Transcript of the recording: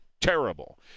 terrible